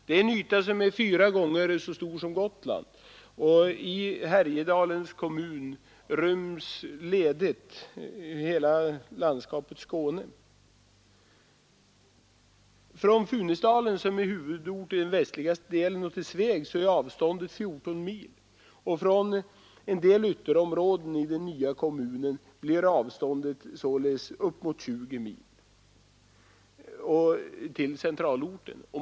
Det är en yta som är fyra gånger så stor som Gotland, och i Härjedalens kommun rymms ledigt hela landskapet Skåne. Från Funäsdalen, som är huvudort i den västligaste delen, och till Sveg är avståndet 14 mil, och från en del ytterområden i den nya kommunen blir avståndet uppemot 20 mil till centralorten.